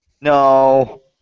no